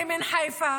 אמל חורי מחיפה,